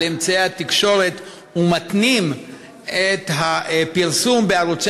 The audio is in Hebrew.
על אמצעי התקשורת ומתנים את הפרסום בערוצי